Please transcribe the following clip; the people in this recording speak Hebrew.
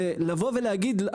לבוא ולהגיד,